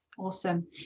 Awesome